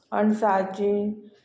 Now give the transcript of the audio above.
अनसाचीं